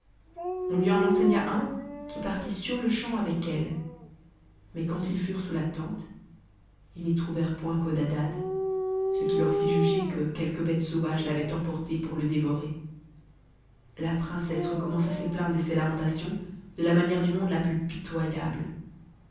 on lui en enseigna un qui partit sur-le-champ avec elle mais quand ils furent sous la tente ils n'y trouvèrent point codadad ce qui leur fit juger que quelque bête sauvage l'avait emporté pour le dévorer la princesse recommença ses plaintes et ses lamentations de la manière du monde la plus pitoyable